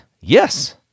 yes